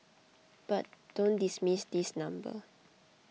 but don't dismiss this number